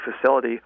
facility